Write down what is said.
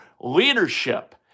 leadership